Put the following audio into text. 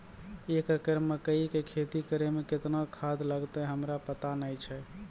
एक एकरऽ मकई के खेती करै मे केतना खाद लागतै हमरा पता नैय छै?